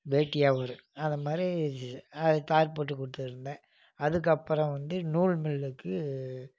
வேட்டி அவுரு அது மாதிரி இது அது தார் போட்டு கொடுத்துருந்தேன் அதுக்கப்புறம் வந்து நூல் மில்லுக்கு